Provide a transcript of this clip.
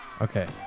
Okay